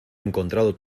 encontrado